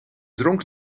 dronk